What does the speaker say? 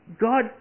God